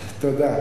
תודה.